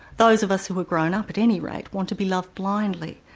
those of us who who are grown up at any rate, want to be loved blindly,